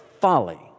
folly